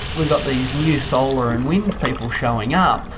we've got these new solar and wind people showing up,